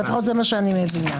לפחות זה מה שאני מבינה.